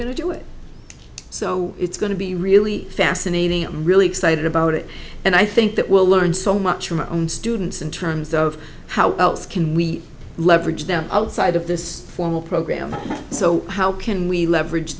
going to do it so it's going to be really fascinating i'm really excited about it and i think that we'll learn so much from our own students in terms of how else can we leverage them outside of this formal program so how can we leverage